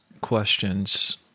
questions